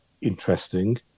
interesting